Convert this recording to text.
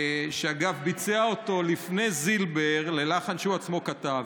שאגב, ביצע אותו לפני זילבר, בלחן שהוא עצמו כתב,